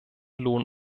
lohn